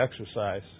exercise